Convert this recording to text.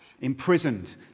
imprisoned